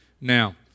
now